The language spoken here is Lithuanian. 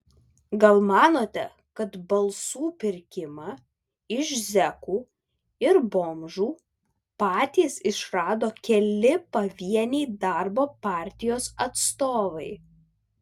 gal manote kad balsų pirkimą iš zekų ir bomžų patys išrado keli pavieniai darbo partijos atstovai